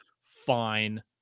Fine